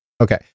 Okay